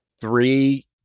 three